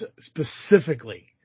specifically